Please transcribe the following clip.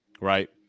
Right